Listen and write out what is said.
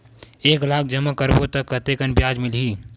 एक लाख जमा करबो त कतेकन ब्याज मिलही?